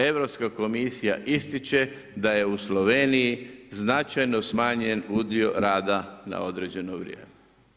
Europska komisija ističe da je u Sloveniji značajno smanjen udio rada na određeno vrijeme.